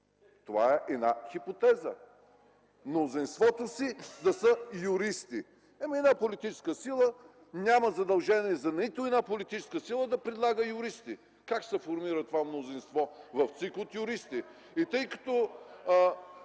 Това е една хипотеза. „В мнозинството си да са юристи.” Една политическа сила няма задължения за нито една политическа сила да предлага юристи. Как ще се формира това мнозинство в ЦИК от юристи? Преди малко